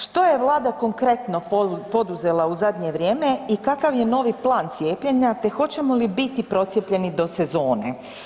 Što je Vlada konkretno poduzela u zadnje vrijeme i kakav je novi plan cijepljenja te hoćemo li biti procijepljeni do sezone?